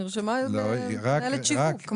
נרשמה מנהלת שיווק.